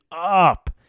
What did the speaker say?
up